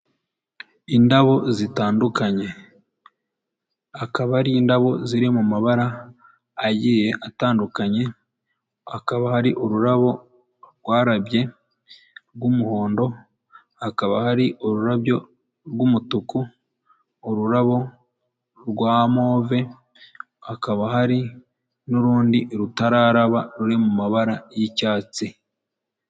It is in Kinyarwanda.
Indabo zitandukanye, akaba ari indabo ziri mu mabara agiye atandukanye, hakaba hari ururabo rwarabye rw'umuhondo, hakaba hari ururabyo rw'umutuku, ururabo rwa move, hakaba hari n'urundi rutararaba ruri mu mabara y'icyatsi.